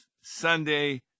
Sunday